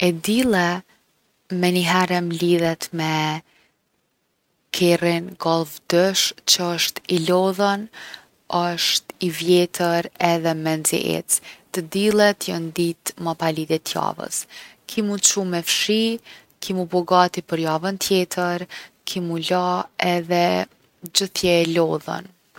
E dille menihere m’lidhet me kerrin Golf 2 që osht i lodhun, osht i vjetër edhe menxi ec’. T’dillet jon ditë ma palidhje t’javës. Ki mu qu me fshi, ki mu bo gati për javën tjetër, ki mu la edhe gjith je e lodhun.